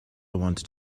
wanted